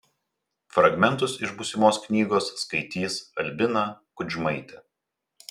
fragmentus iš būsimos knygos skaitys albina kudžmaitė